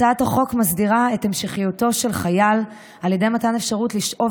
הצעת החוק מסדירה את המשכיותו של חייל על ידי מתן אפשרות לשאוב